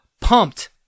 pumped